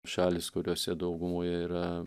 šalys kuriose daugumoje yra